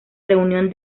reunión